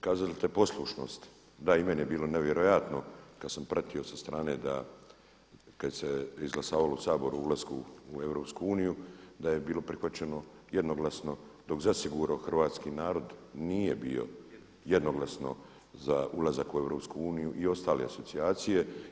Kazali ste poslušnost, da i meni je bilo nevjerojatno kad samo pratio sa strane da kad se izglasavalo u Saboru o ulasku u EU da je bilo prihvaćeno jednoglasno, dok zasigurno hrvatski narod nije bio jednoglasno za ulazak u EU i ostale asocijacije.